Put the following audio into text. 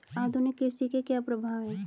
आधुनिक कृषि के क्या प्रभाव हैं?